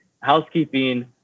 housekeeping